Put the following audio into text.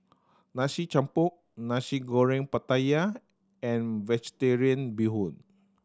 Nasi Campur Nasi Goreng Pattaya and Vegetarian Bee Hoon